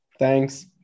Thanks